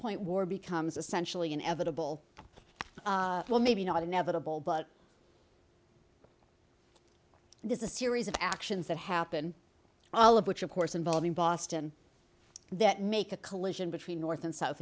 point war becomes essentially inevitable well maybe not inevitable but it is a series of actions that happen all of which of course involving boston that make a collision between north and south